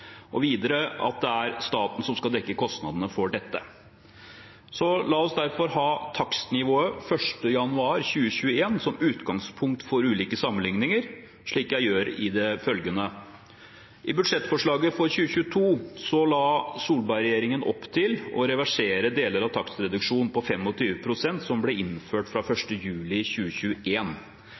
og videre at det er staten som skal dekke kostnadene for dette. La oss derfor ha takstnivået 1. januar 2021 som utgangspunkt for ulike sammenlikninger, slik jeg gjør i det følgende. I budsjettforslaget for 2022 la Solberg-regjeringen opp til å reversere deler av takstreduksjonen på 25 pst., som ble innført fra 1. juli